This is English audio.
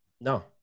No